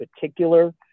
particular